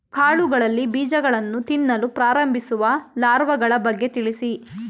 ಕಾಳುಗಳಲ್ಲಿ ಬೀಜಗಳನ್ನು ತಿನ್ನಲು ಪ್ರಾರಂಭಿಸುವ ಲಾರ್ವಗಳ ಬಗ್ಗೆ ತಿಳಿಸಿ?